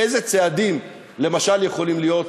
אילו צעדים למשל יכולים להיות